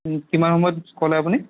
কিমান সময়ত ক'লে আপুনি